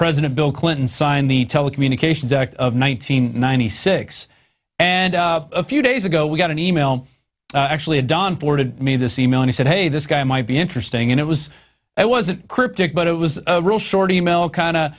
president bill clinton signed the telecommunications act of one nine hundred ninety six and a few days ago we got an e mail actually a done for to me this e mail and he said hey this guy might be interesting and it was it wasn't cryptic but it was a real short email kind